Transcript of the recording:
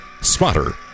spotter